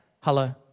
Hello